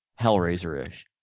Hellraiser-ish